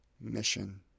mission